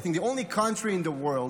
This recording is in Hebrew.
I think the only country in the world,